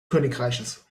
königreichs